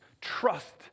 Trust